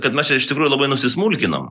kad mes čia iš tikrųjų labai nusismulkinom